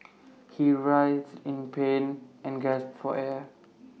he writhed in pain and gasped for air